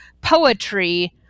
poetry